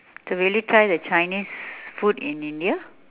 so will you try the chinese food in india